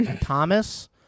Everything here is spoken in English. Thomas